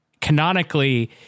canonically